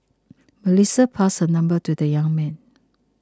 Melissa passed her number to the young man